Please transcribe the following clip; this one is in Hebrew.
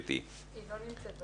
מירי, לא נמצאת.